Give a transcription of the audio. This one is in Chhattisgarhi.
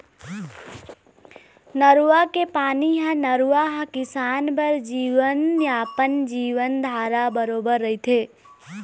नरूवा के पानी ह नरूवा ह किसान बर जीवनयापन, जीवनधारा बरोबर रहिथे